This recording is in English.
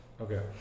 Okay